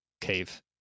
cave